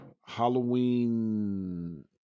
Halloween